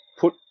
put